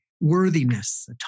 worthiness